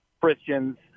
Christians